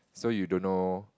so you don't know